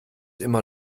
immer